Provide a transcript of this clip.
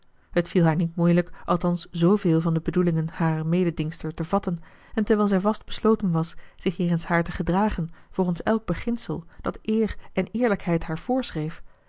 het viel haar niet moeilijk althans zveel van de bedoelingen harer mededingster te vatten en terwijl zij vast besloten was zich jegens haar te gedragen volgens elk beginsel dat eer en eerlijkheid haar